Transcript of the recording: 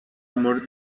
مورد